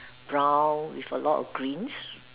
brown with a lot of green